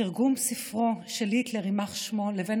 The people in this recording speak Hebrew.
תרגום ספרו של היטלר יימח שמו לבין